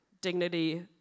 dignity